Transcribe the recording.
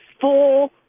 full